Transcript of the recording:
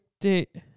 date